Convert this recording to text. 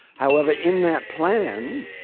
however, in that plan,